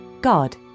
God